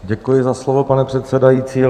Děkuji za slovo, pane předsedající.